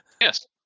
Yes